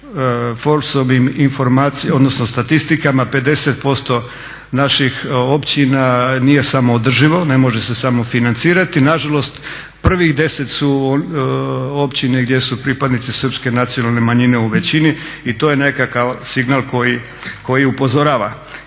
Forbsovim informacijama, odnosno statistikama 50% naših općina nije samoodrživo, ne može se samofinancirati. Na žalost prvih 10 su općine gdje su pripadnici srpske nacionalne manjine u većini i to je nekakav signal koji upozorava.